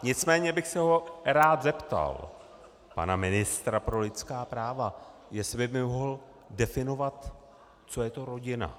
Nicméně bych se ho rád zeptal, pana ministra pro lidská práva, jestli by mi mohl definovat, co je to rodina.